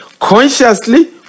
consciously